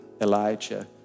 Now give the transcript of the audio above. Elijah